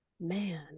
Man